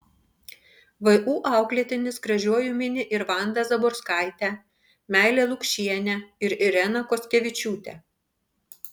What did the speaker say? vu auklėtinis gražiuoju mini ir vandą zaborskaitę meilę lukšienę ir ireną kostkevičiūtę